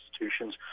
institutions